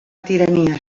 tirania